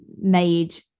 made